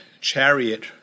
chariot